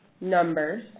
numbers